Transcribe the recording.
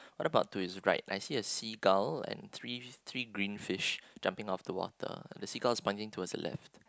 what about to his right I see a seagull and three three green fish jumping off the water and the seagull's pointing towards the left